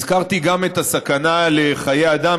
הזכרתי גם את הסכנה לחיי אדם,